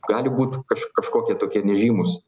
gali būt kažkokie tokie nežymūs